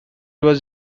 was